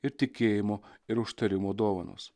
ir tikėjimo ir užtarimo dovanos